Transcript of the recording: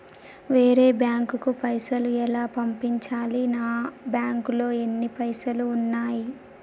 వేరే బ్యాంకుకు పైసలు ఎలా పంపించాలి? నా బ్యాంకులో ఎన్ని పైసలు ఉన్నాయి?